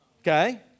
Okay